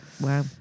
Wow